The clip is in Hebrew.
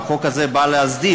והחוק הזה בא להסדיר.